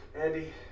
Andy